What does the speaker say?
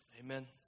Amen